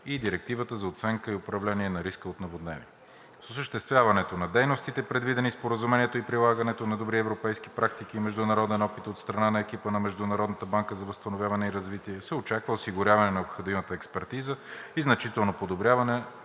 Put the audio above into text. и Директивата за оценка и управление на риска от наводнения. С осъществяването на дейностите, предвидени в Споразумението, и прилагането на добри европейски практики и международен опит от страна на екипа на Международната банка за възстановяване и развитие се очаква осигуряване на необходимата експертиза и значително подобряване